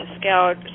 scout